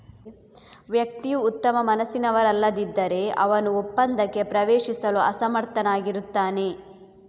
ವ್ಯಕ್ತಿಯು ಉತ್ತಮ ಮನಸ್ಸಿನವರಲ್ಲದಿದ್ದರೆ, ಅವನು ಒಪ್ಪಂದಕ್ಕೆ ಪ್ರವೇಶಿಸಲು ಅಸಮರ್ಥನಾಗಿರುತ್ತಾನೆ